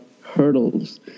hurdles